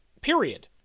period